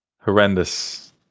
Horrendous